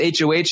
HOH